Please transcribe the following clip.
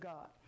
God